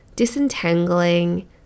Disentangling